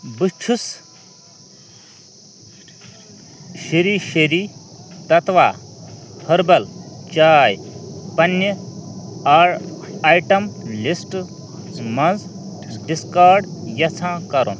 بہٕ چھُس شرٛی شرٛی تَتوا ہربل چاے پننہِ آیٹم لسٹہٕ منٛز ڈسکارڈ یژھان کرُن